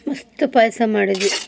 ಮಸ್ತ್ ಪಾಯಸ ಮಾಡಿದ್ವಿ